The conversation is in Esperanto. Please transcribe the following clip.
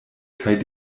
kaj